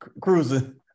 Cruising